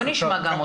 בואו נשמע גם אותם.